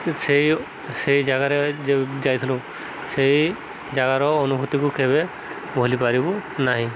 ସେଇ ସେଇ ଜାଗାରେ ଯେ ଯାଇଥିଲୁ ସେଇ ଜାଗାର ଅନୁଭୂତିକୁ କେବେ ଭୁଲି ପାରିବୁନାହିଁ